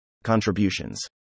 contributions